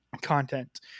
Content